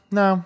no